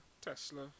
Tesla